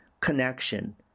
connection